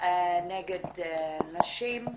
נגד נשים.